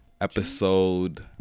Episode